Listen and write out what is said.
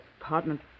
apartment